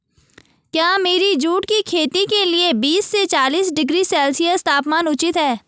क्या मेरी जूट की खेती के लिए बीस से चालीस डिग्री सेल्सियस तापमान उचित है?